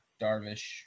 Darvish